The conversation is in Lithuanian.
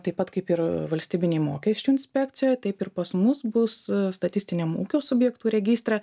taip pat kaip ir valstybinėj mokesčių inspekcijoje taip ir pas mus bus statistiniam ūkio subjektų registre